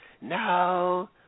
No